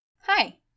Hi